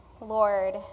Lord